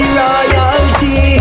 royalty